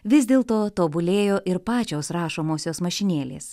vis dėl to tobulėjo ir pačios rašomosios mašinėlės